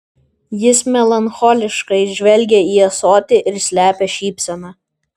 jis melancholiškai žvelgia į ąsotį ir slepia šypseną